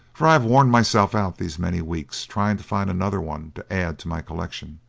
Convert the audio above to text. for i have worn myself out these many weeks trying to find another one to add to my collection,